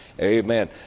Amen